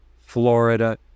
Florida